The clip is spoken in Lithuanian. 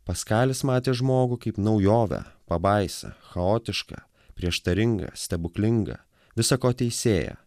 paskalis matė žmogų kaip naujovę pabaisą chaotišką prieštaringą stebuklingą visa ko teisėją